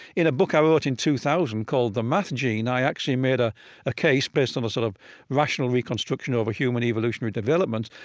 in a book i wrote in two thousand, called the math gene, i actually made ah a case based on sort of rational reconstruction of human evolutionary development,